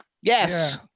Yes